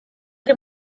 dem